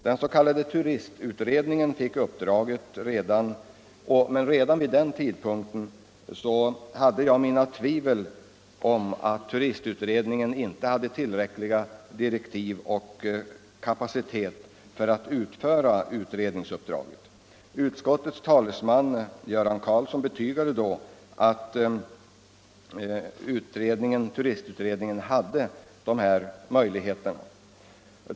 Den s.k. turistutredningen fick uppdraget, men redan vid den tidpunkten hyste jag farhågor för att denna utredning inte hade tillräckliga direktiv och tillräcklig kapacitet för att utföra utredningsuppdraget. Utskottets talesman, herr Karlsson i Huskvarna, betygade då att turistutredningen hade erforderliga förutsättningar.